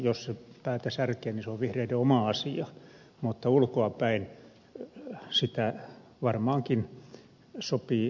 jos päätä särkee niin se on vihreiden oma asia mutta ulkoapäin sitä varmaankin sopii edes kommentoida